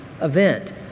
event